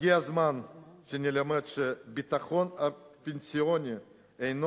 הגיע הזמן שנלמד שהביטחון הפנסיוני אינו